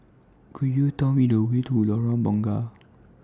Could YOU Tell Me The Way to Lorong Bunga